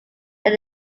than